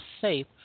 safe